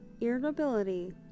irritability